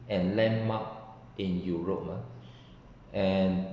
and landmark in europe ah and